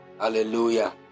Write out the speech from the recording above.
Hallelujah